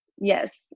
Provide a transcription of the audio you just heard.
Yes